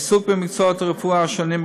העיסוק במקצועות הרפואה השונים,